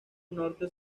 norte